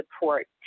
support